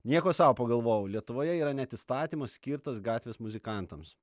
nieko sau pagalvojau lietuvoje yra net įstatymas skirtas gatvės muzikantams